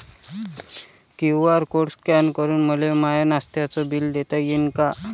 QR code scan करून मले माय नास्त्याच बिल देता येईन का?